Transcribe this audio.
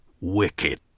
Wicked